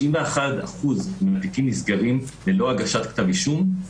91% מהתיקים נסגרים ללא הגשת כתב אישום,